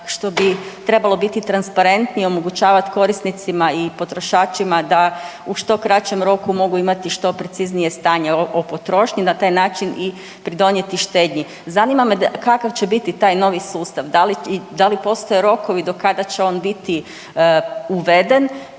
što bi trebalo biti transparentnije i omogućavat korisnicima i potrošačima da u što kraćem roku mogu imati što preciznije stanje o potrošnji i na taj način pridonijeti štednji. Zanima me kakav će biti taj novi sustav? Da li postoje rokovi do kada će on biti uveden